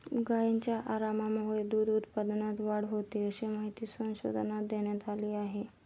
गायींच्या आरामामुळे दूध उत्पादनात वाढ होते, अशी माहिती संशोधनात देण्यात आली आहे